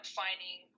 finding